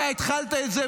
אתה התחלת את זה,